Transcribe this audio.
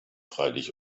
freilich